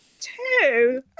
two